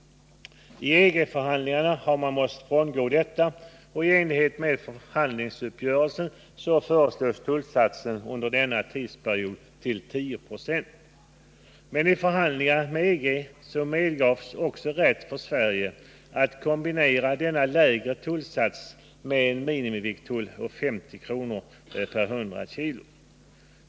I EG-förhandlingarna har man måst frångå detta, och i enlighet med förhandlingsuppgörelsen föreslås tullsatsen under denna tidsperiod vara 10 90. Men i förhandlingar med EG medgavs också rätt för Sverige att kombinera denna lägre tullsats med en minimivikttull på 50 kr. per 100 kg.